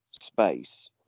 space